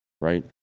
right